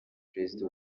perezida